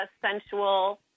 sensual